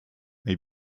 may